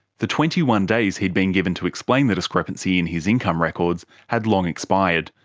the twenty one days he had been given to explain the discrepancy in his income records had long expired.